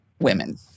women